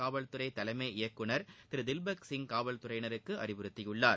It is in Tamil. காவல்துறை தலைமை இயக்குநர் திரு தில்பக் சிங் காவல்துறையினருக்கு அறிவுறுத்தியுள்ளார்